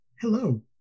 Hello